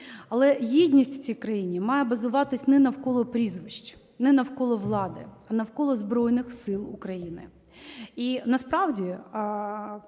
Але єдність в цій країні має базуватися не навколо прізвищ, не навколо влади, а навколо Збройних Сил України. І насправді